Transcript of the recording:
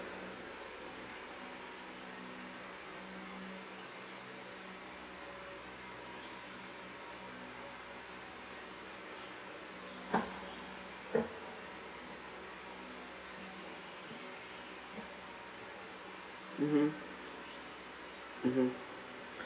mmhmm mmhmm